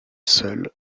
seule